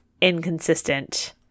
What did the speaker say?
inconsistent